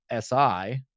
si